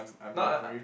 not I I